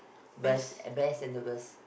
bes~ best and the worst